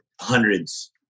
hundreds